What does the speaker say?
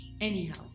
Anyhow